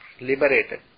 Liberated